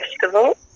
festival